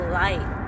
light